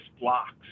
blocks